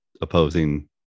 opposing